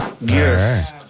Yes